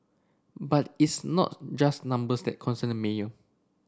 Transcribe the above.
but it's not just numbers that concern the mayor